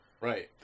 Right